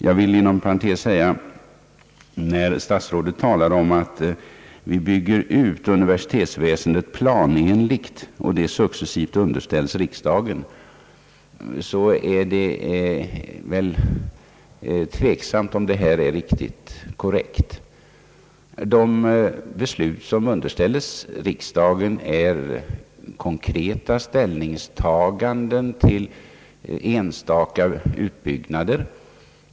Jag vill inom parentes säga att när statsrådet talar om att universitetsväsendet byggs ut planenligt och att besluten successivt underställs riksdagen, så är det väl tveksamt om detta är riktigt korrekt. De beslut som underställs riksdagen är konkreta ställningstaganden till enstaka utbyggnader.